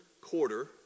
quarter